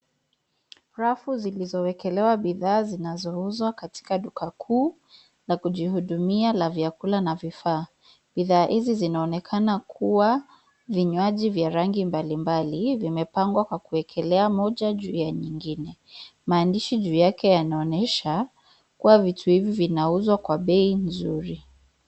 Rafu zilizowekelewa bidhaa zinazouzwa katika duka kuu la kujihudumia la vyakula na vifaa. Bidhaa hizi zinaonekana kuwa vinywaji vya rangi mbalimbali vimepangwa kwa kuwekelea moja juu ya nyingine. Maandishi juu yake yanaonyesha kuwa vitu hivi vinauzwa kwa bei nzuri.